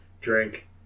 drink